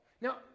Now